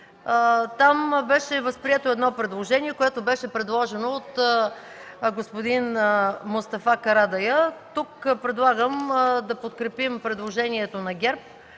Там беше възприето едно предложение, което беше направено от господин Мустафа Карадайъ. Тук предлагам да подкрепим предложението на ГЕРБ